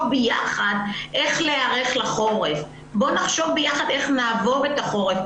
יחד איך להיערך לחורף ואיך נעבור את החורף.